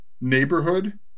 neighborhood